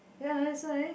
ya it's that's why